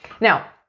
Now